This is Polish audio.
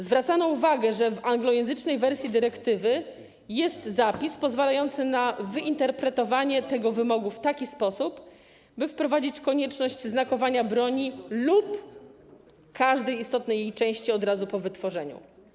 Zwracano uwagę, że w anglojęzycznej wersji dyrektywy jest zapis pozwalający na wyinterpretowanie tego wymogu w taki sposób, by wprowadzić konieczność znakowania broni lub każdej istotnej jej części od razu po wytworzeniu.